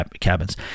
cabins